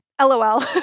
LOL